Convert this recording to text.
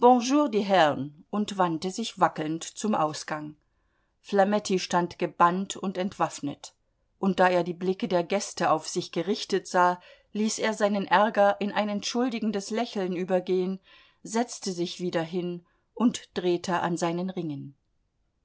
und wandte sich wackelnd zum ausgang flametti stand gebannt und entwaffnet und da er die blicke der gäste auf sich gerichtet sah ließ er seinen ärger in ein entschuldigendes lächeln übergehen setzte sich wieder hin und drehte an seinen ringen